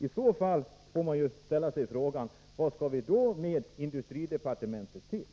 I så fall måste jag ställa frågan: Vad skall vi med industridepartementet till?